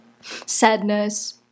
sadness